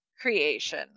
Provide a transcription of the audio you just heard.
creation